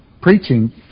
preaching